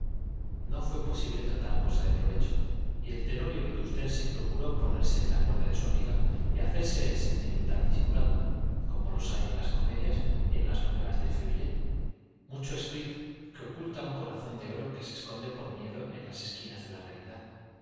no fue posible tratar cosa de provecho y el tenorio vetustense procuró ponerse en la cuerda de su amiga y hacerse el sentimental disimulado como los hay en las comedias y en las novelas de feuillet mucho sprit que oculta un corazón de oro que se esconde por miedo a las espinas de la realidad